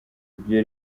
ibyo